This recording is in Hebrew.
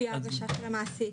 לפי ההגשה של המעסיק.